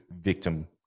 victim